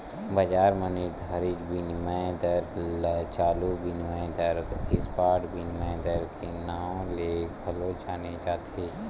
बजार म निरधारित बिनिमय दर ल चालू बिनिमय दर, स्पॉट बिनिमय दर के नांव ले घलो जाने जाथे